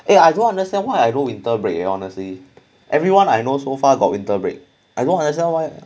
eh I don't understand why I no winter break leh honestly everyone I know so far got winter break I don't understand why